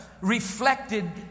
reflected